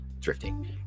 drifting